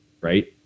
right